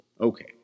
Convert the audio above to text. okay